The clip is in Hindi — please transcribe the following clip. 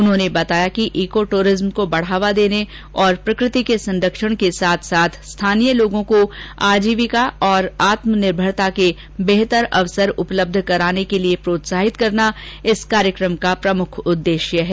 उन्होंने बताया कि ईको टूरिज्म को बढावा देने और प्रकृति संरक्षण के साथ साथ स्थानीय लोगों को आजीविका और आत्मनिर्भरता के बेहतर अवसर उपलब्ध कराने के लिए प्रोत्साहित करना इस कार्यक्रम का प्रमुख उददेश्य हैं